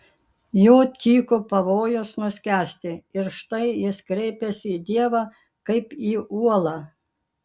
jo tyko pavojus nuskęsti ir štai jis kreipiasi į dievą kaip į uolą